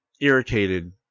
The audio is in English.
irritated